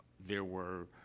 there were,